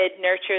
nurture